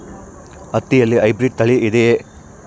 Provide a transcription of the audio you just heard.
ಹತ್ತಿಯಲ್ಲಿ ಹೈಬ್ರಿಡ್ ತಳಿ ಇದೆಯೇ?